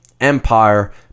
Empire